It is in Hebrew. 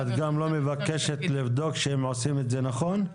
את גם לא מבקשת לבדוק שהם עושים את זה נכון.